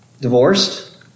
Divorced